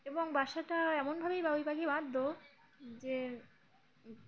এবং বাসাটা এমনভাবেই বাবুই পাখি বাঁধত